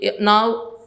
now